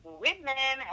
women